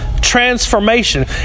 transformation